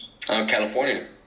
California